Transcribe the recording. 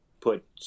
put